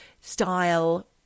style